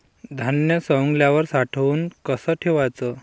धान्य सवंगल्यावर साठवून कस ठेवाच?